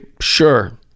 sure